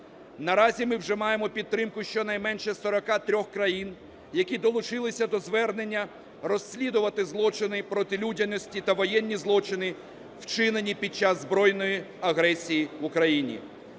Наразі ми вже маємо підтримку щонайменше 43 країн, які долучилися до звернення розслідувати злочини проти людяності та воєнні злочини, вчинені під час збройної агресії в Україні.